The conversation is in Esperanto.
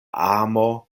amo